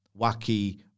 wacky